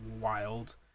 wild